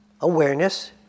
awareness